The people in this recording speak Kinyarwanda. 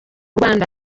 rwanda